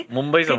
Mumbai